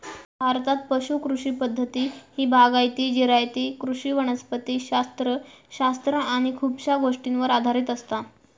भारतात पुश कृषी पद्धती ही बागायती, जिरायती कृषी वनस्पति शास्त्र शास्त्र आणि खुपशा गोष्टींवर आधारित असता